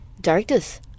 directors